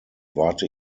warte